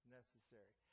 necessary